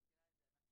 אני מכירה את זה,